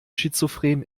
schizophren